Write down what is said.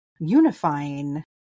unifying